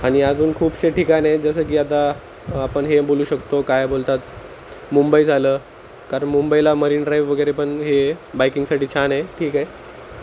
आणि अजून खूपशे ठिकाणं आहेत जसं की आता आपण हे बोलू शकतो काय बोलतात मुंबई झालं कारण मुंबईला मरीन ड्राइव वगैरे पण हे बाईकिंगसाठी छान आहे ठीक आहे